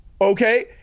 Okay